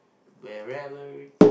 wherever